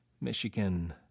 Michigan